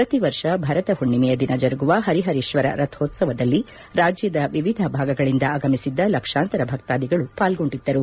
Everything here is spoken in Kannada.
ಪ್ರತಿ ವರ್ಷ ಭರತ ಹುಣ್ಣಿಮೆಯ ದಿನ ಜರುಗುವ ಹರಿಹರೇತ್ವರ ರಥೋತ್ಲವದಲ್ಲಿ ರಾಜ್ಯದ ವಿವಿಧ ಭಾಗಗಳಂದ ಆಗಮಿಸಿದ್ದ ಲಕ್ಷಾಂತರ ಭಕ್ತಾದಿಗಳು ಪಾಲ್ಗೊಂಡಿದ್ದರು